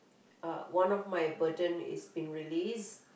uh one of my burden is been released